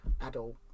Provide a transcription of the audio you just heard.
adult